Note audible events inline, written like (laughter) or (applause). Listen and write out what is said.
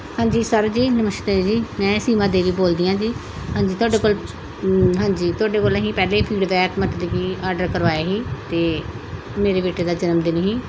ਹਾਂਜੀ ਸਰ ਜੀ ਨਮਸਤੇ ਜੀ ਮੈਂ ਸੀਮਾ ਦੇਵੀ ਬੋਲਦੀ ਹਾਂ ਜੀ ਹਾਂਜੀ ਤੁਹਾਡੇ ਕੋਲ ਹਾਂਜੀ ਤੁਹਾਡੇ ਕੋਲ ਅਸੀਂ ਪਹਿਲੇ (unintelligible) ਮਤਲਬ ਕਿ ਆਰਡਰ ਕਰਵਾਏ ਸੀ ਅਤੇ ਮੇਰੇ ਬੇਟੇ ਦਾ ਜਨਮਦਿਨ ਸੀ